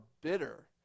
bitter